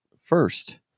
first